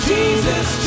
Jesus